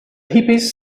hippies